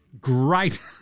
great